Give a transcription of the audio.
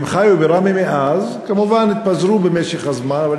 הם חיו בראמי מאז, ומובן שבמשך הזמן הם התפזרו.